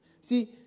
See